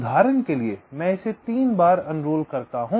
उदाहरण के लिए मैं इसे 3 बार उणरोल करता हूं